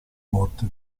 morte